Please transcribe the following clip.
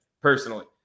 personally